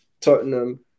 Tottenham